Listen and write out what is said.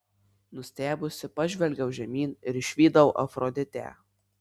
nustebusi pažvelgiau žemyn ir išvydau afroditę